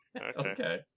Okay